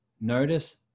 notice